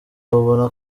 babona